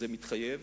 וזה מתחייב.